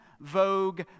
Vogue